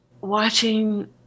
Watching